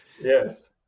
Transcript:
Yes